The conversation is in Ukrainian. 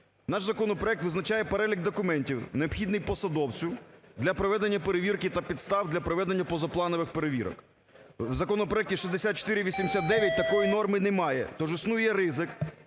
наш законопроект визначає перелік документів, необхідний посадовцю для проведення перевірки та підстав для проведення позапланових перевірок. В законопроекті 6489 такої норми немає. Тож існує ризик,